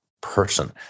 person